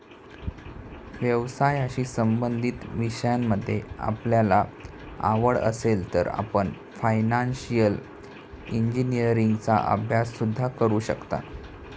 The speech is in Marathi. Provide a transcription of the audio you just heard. व्यवसायाशी संबंधित विषयांमध्ये आपल्याला आवड असेल तर आपण फायनान्शिअल इंजिनीअरिंगचा अभ्यास सुद्धा करू शकता